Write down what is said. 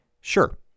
sure